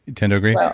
tend to agree?